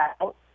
out